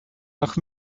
nach